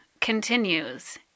continues